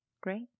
Great